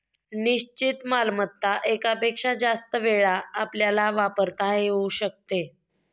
निश्चित मालमत्ता एकापेक्षा जास्त वेळा आपल्याला वापरता येऊ शकते